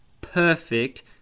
perfect